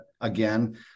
again